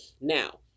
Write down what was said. Now